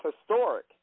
historic